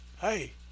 Hey